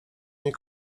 nie